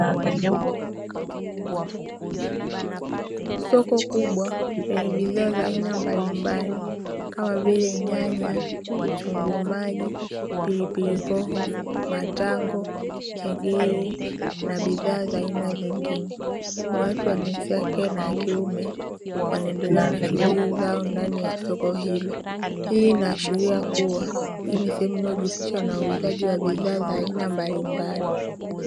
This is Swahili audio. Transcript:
Soko kubwa lenye bidhaa za aina mbalimbali kama vile: nyanya, vitunguu maji, pilipili hoho, matango, njegere, na bidhaa za aina zingine. Watu wa jinsia ja ke na wakiume wanaendelea na shughuli zao ndani ya soko hilo. Hii inaashiria kuwa hii ni sehemu inayojihusisha na uuzaji wa bidhaa za aina mbalimbali.